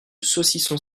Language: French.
saucisson